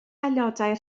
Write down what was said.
aelodau